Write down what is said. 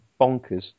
bonkers